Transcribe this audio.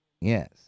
Yes